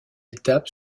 étape